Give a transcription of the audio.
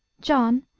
john,